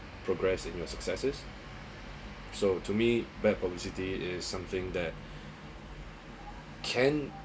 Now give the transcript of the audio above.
progress in your successes so to me bad publicity is something that can